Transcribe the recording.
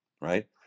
right